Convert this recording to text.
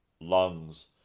lungs